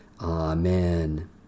Amen